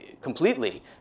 completely